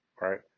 right